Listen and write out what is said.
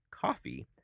coffee